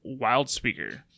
Wildspeaker